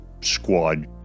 squad